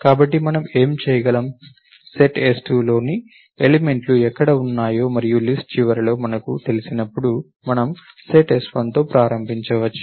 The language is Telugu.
కాబట్టి మనం ఏమి చేయగలము సెట్ s2లోని ఎలిమెంట్ లు ఎక్కడ ఉన్నాయో మరియు లిస్ట్ చివరి వరకు మనకు తెలిసినప్పుడు మనము సెట్ s1తో ప్రారంభించవచ్చు